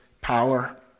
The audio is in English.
power